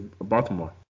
Baltimore